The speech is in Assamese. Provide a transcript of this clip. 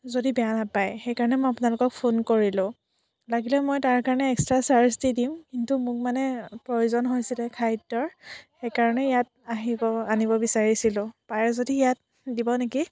যদি বেয়া নাপাই সেইকাৰণে মই আপোনালোকক ফোন কৰিলোঁ লাগিলে মই তাৰ কাৰণে এক্সট্ৰা চাৰ্জ দি দিম কিন্তু মোক মানে প্ৰয়োজন হৈছিলে খাদ্যৰ সেইকাৰণে ইয়াত আহিব আনিব বিচাৰিছিলোঁ পাৰে যদি ইয়াত দিব নেকি